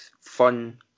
fun